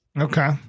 Okay